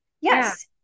Yes